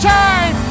time